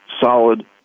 solid